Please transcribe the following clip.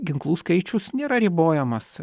ginklų skaičius nėra ribojamas